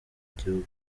gihugu